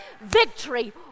victory